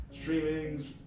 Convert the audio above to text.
Streaming's